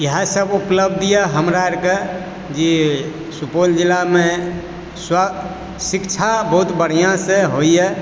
इएह सब उपलब्धि येए हमरा आरके जे सुपौल जिलामे शिक्षा बहुत बढ़िया से होइए